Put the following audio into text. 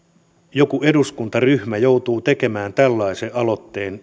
joku eduskuntaryhmä joutuu tekemään tällaisen aloitteen